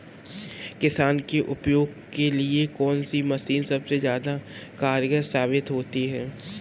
किसान के उपयोग के लिए कौन सी मशीन सबसे ज्यादा कारगर साबित होती है?